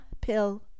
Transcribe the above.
pill